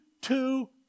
two